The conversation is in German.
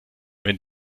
wenn